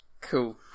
Cool